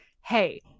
hey